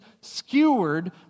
skewered